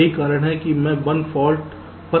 यही कारण है कि मैं 1 फाल्ट पर स्टक का पता लगाता हूं